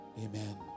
Amen